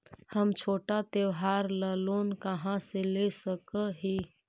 हम छोटा त्योहार ला लोन कहाँ से ले सक ही?